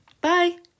Bye